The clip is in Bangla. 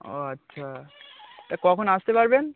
ও আচ্ছা তা কখন আসতে পারবেন